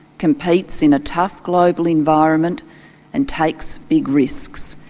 competes in a tough global environment and takes big risks,